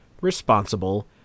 responsible